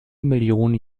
millionen